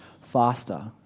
faster